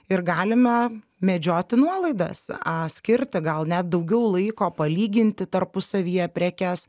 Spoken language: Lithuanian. ir galime medžioti nuolaidas a skirti gal net daugiau laiko palyginti tarpusavyje prekes